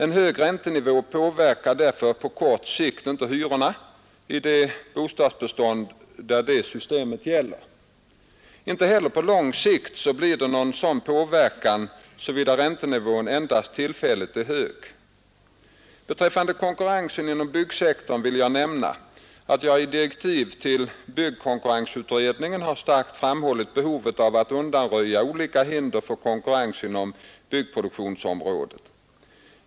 En hög räntenivå påverkar därför på kort sikt inte hyrorna i det bostadsbestånd där detta system gäller. Inte heller på lång sikt blir det någon sådan påverkan, såvida räntenivån endast tillfälligt är hög. Beträffande konkurrensen inom byggnadssektorn vill jag nämna att jag i direktiven för byggkonkurrensutredningen har starkt framhållit behovet av att undanröja olika hinder för konkurrens inom byggproduktionsområdet.